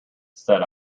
said